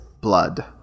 blood